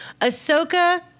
Ahsoka